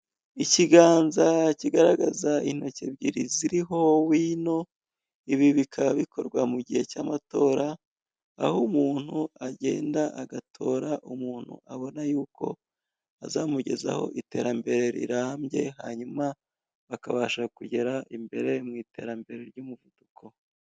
Ikiganza kigaragaza intoki ebyiri ziriho wino, ibi bikaba bikorwa mu gihe cy'amatora aho umuntu agenda agatora umuntu abona yuko azamugezaho iterambere rirambye, hanyuma akabasha kugera imbere mu iterambere ry'umuvuduko.